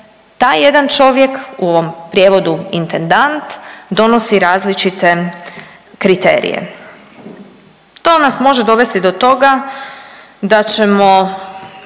taj jedan čovjek u ovom prijevodu intendant donosi različite kriterije. To nas može dovesti do toga da će